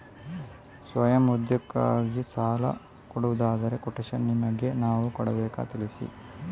ಸ್ವಯಂ ಉದ್ಯೋಗಕ್ಕಾಗಿ ಸಾಲ ಕೊಡುವುದಾದರೆ ಕೊಟೇಶನ್ ನಿಮಗೆ ನಾವು ಕೊಡಬೇಕಾ ತಿಳಿಸಿ?